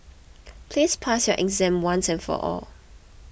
please pass your exam once and for all